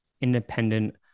independent